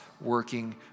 working